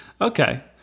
Okay